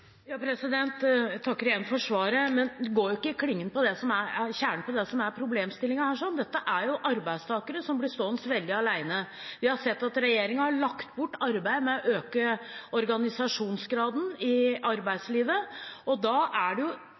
Jeg takker igjen for svaret, men man går jo ikke til kjernen i det som er problemstillingen her. Dette er jo arbeidstakere som blir stående veldig alene. Vi har sett at regjeringen har lagt bort arbeidet med å øke organisasjonsgraden i arbeidslivet, og da blir man stående veldig alene. Det